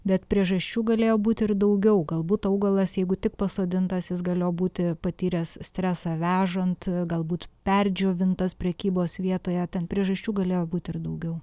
bet priežasčių galėjo būti ir daugiau galbūt augalas jeigu tik pasodintas jis galėjo būti patyręs stresą vežant galbūt perdžiovintas prekybos vietoje ten priežasčių galėjo būti ir daugiau